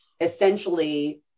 essentially